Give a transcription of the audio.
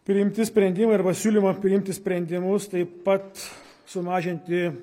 priimti sprendimai arba siūlymą priimti sprendimus taip pat sumažinti